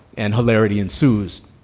and hilarity ensues.